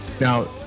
Now